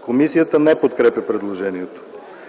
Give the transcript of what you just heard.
Комисията не подкрепя предложението.